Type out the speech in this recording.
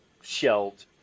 shelled